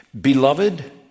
Beloved